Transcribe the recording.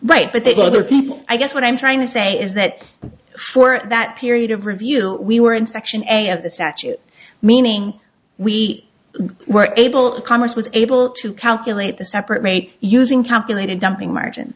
right but that other people i guess what i'm trying to say is that for that period of review we were in section a of the statute meaning we were able congress was able to calculate the separate rate using calculated dumping margin